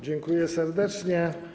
Dziękuję serdecznie.